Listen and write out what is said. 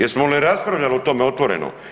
Jesmo li raspravljali o tome otvoreno?